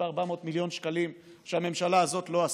ב-400 מיליון שקלים שהממשלה הזאת לא עשתה: